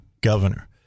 governor